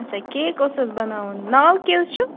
اَچھا کیٚک اوسا بَناوُن ناو کیٛاہ حظ چھُ